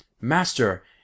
Master